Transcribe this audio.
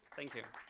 thank you.